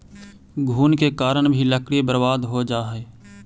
घुन के कारण भी लकड़ी बर्बाद हो जा हइ